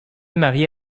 mariée